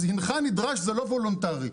אז "הנך נדרש" זה לא וולונטרי.